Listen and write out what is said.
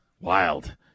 wild